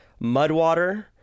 Mudwater